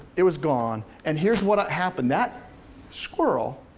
it was gone, and here's what happened. that squirrel,